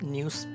News